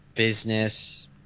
business